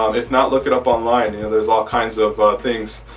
um if not look it up online you know there's all kinds of things.